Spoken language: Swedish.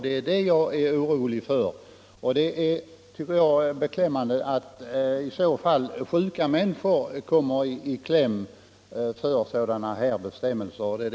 Det är detta jag är orolig för, och jag tycker att det är allvarligt om sjuka människor kommer i kläm för sådana här bestämmelser.